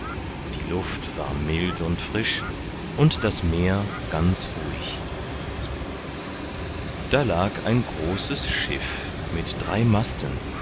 die luft war mild und frisch und das meer ganz ruhig da lag ein großes schiff mit drei masten